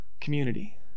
community